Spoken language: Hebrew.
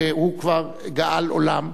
והוא כבר גאל עולם,